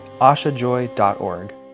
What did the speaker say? ashajoy.org